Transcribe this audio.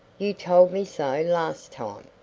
you told me so last time.